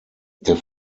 der